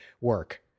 work